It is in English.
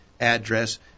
address